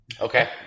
Okay